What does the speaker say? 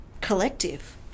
collective